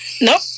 Nope